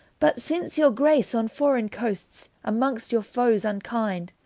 but since your grace on forrayne coastes, amonge your foes unkinde,